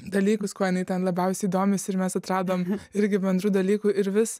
dalykus kuo jinai ten labiausiai domisi ir mes atradom irgi bendrų dalykų ir vis